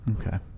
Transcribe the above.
Okay